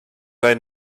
they